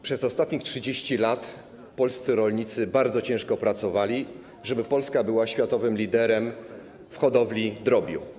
Przez ostatnich 30 lat polscy rolnicy bardzo ciężko pracowali, żeby Polska była światowym liderem w hodowli drobiu.